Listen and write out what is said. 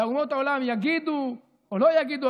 ואומות העולם יגידו או לא יגידו,